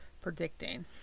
predicting